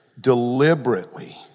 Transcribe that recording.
deliberately